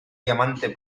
diamante